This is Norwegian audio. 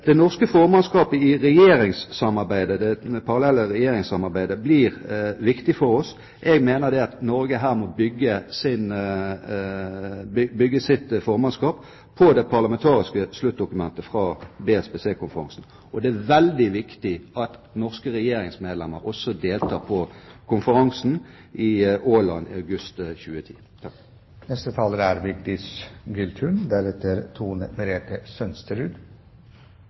Det norske formannskapet i det parallelle regjeringssamarbeidet blir viktig for oss. Jeg mener at Norge her må bygge sitt formannskap på det parlamentariske sluttdokumentet fra BSPC-konferansen. Det er veldig viktig at norske regjeringsmedlemmer også deltar i konferansen på Åland i august 2010. Det er